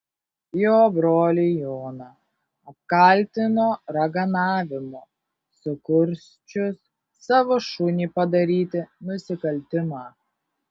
jo brolį joną apkaltino raganavimu sukursčius savo šunį padaryti nusikaltimą